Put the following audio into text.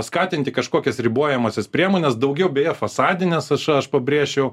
skatinti kažkokias ribojamąsias priemones daugiau beje fasadines aš aš pabrėščiau